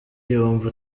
yumva